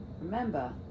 Remember